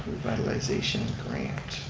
revitalization grant.